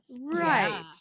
Right